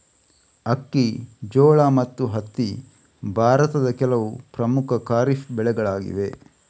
ಅಕ್ಕಿ, ಜೋಳ ಮತ್ತು ಹತ್ತಿ ಭಾರತದ ಕೆಲವು ಪ್ರಮುಖ ಖಾರಿಫ್ ಬೆಳೆಗಳಾಗಿವೆ